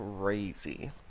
crazy